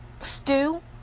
stew